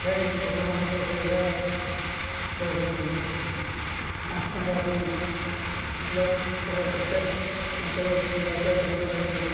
ପଠାଇ ଲୋକମାନଙ୍କୁ ସୁବିଧା ଦେଉଛନ୍ତି ପାଞ୍ଚ ଟଙ୍କା ଦେଇ ବ୍ଲକର ପ୍ରତ୍ୟେକ ଅଞ୍ଚଳକୁ ଯିବା ଆସିବା କରିପାରୁଛନ୍ତି